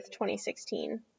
2016